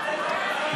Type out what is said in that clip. בבקשה.